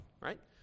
right